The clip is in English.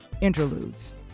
interludes